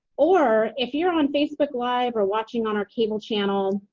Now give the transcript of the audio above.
or if you're on facebook live or watching on our cable channel,